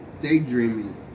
daydreaming